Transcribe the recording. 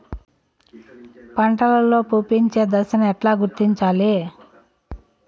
పంటలలో పుష్పించే దశను ఎట్లా గుర్తించాలి?